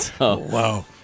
Wow